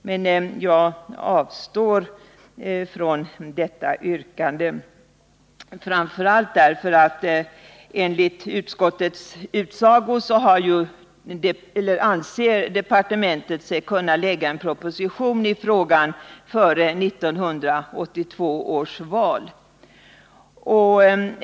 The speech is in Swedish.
Men jag avstår från detta yrkande, framför allt därför att departementet enligt utskottets utsago anser sig kunna lägga fram en proposition i frågan före 1982 års val.